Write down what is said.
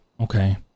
Okay